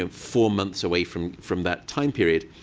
um four months away from from that time period,